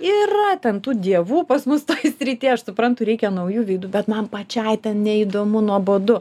yra ten tų dievų pas mus toj srity aš suprantu reikia naujų veidų bet man pačiai ten neįdomu nuobodu